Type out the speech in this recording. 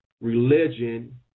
religion